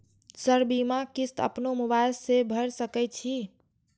Sir बीमा किस्त अपनो मोबाईल से भर सके छी?